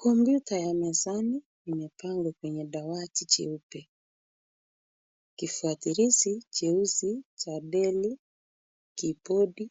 Kompyuta ya mezani imepangwa kwenye dawati cheupe. Kifuatilizi cheusi cha deli, keybodi